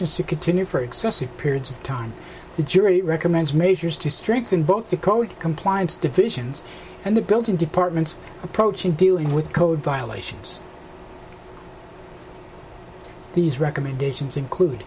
violations to continue for excessive periods of time the jury recommends measures to strengthen both the code compliance divisions and the building department's approach in dealing with code violations these recommendations include